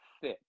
fit